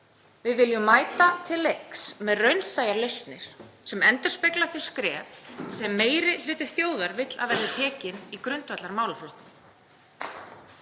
Við viljum mæta til leiks með raunsæjar lausnir sem endurspegla þau skref sem meiri hluti þjóðar vill að verði tekin í grundvallarmálaflokkum.